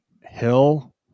Hill